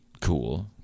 cool